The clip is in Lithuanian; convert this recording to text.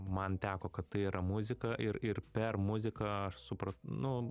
man teko kad tai yra muzika ir ir per muziką aš supra nu